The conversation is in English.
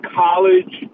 college